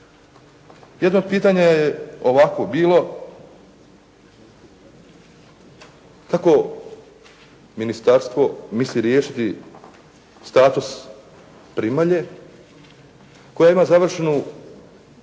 Jedno od pitanja je i ovako bilo, kako ministarstvo misli riješiti status primalje koja ima završenu